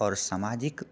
आओर सामाजिक